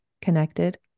connected